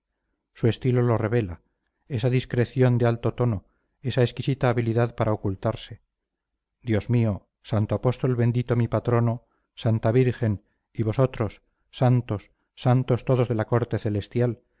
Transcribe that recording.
su estilo lo revela esa discreción de alto tono esa exquisita habilidad para ocultarse dios mío santo apóstol bendito mi patrono santa virgen y vosotros santos santos todos de la corte celestial